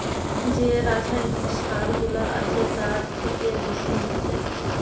যে রাসায়নিক সার গুলা আছে তার থিকে দূষণ হচ্ছে